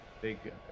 big